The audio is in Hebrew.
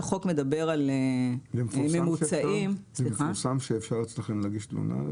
זה מפורסם שאפשר אצלכם להגיש תלונה?